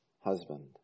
husband